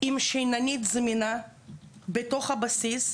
עם שיננית זמינה בתוך הבסיס.